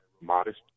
modest